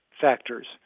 factors